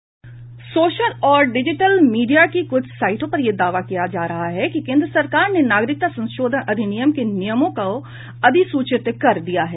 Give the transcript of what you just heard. social और digital media की कुछ साइटों पर यह दावा किया जा रहा है कि केंद्र सरकार ने नागरिकता संशोधन अधिनियम के नियमों को अधिसूचित कर दिया है